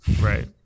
Right